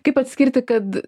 kaip atskirti kad